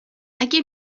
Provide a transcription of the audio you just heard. اگه